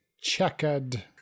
checkered